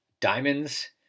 diamonds